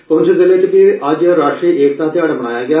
पुंछ जिले च बी अज्ज राष्ट्री एकता ध्याड़ा मनाया गेआ